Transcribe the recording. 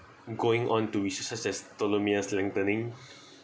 going on to research such as lengthening